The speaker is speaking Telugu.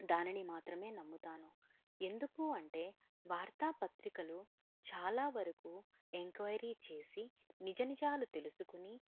దానిని మాత్రమే నమ్ముతాను ఎందుకు అంటే వార్తాపత్రికలు చాలా వరకు ఎంక్వైరీ చేసి నిజ నిజాలు తెలుసుకుని